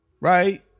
right